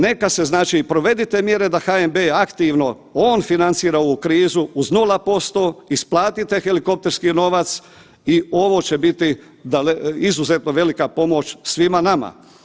Neka se, znači, provedite mjere da HNB aktivno on financira ovu krizu, uz 0%, isplatite helikopterski novac i ovo će biti daleko, izuzetno velika pomoć svima nama.